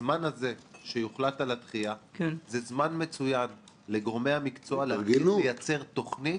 בזמן הזה שיוחלט על הדחייה זה זמן מצוין לגורמי המקצוע לייצר תוכנית